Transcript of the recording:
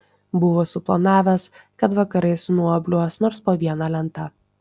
buvo suplanavęs kad vakarais nuobliuos nors po vieną lentą